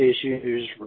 issues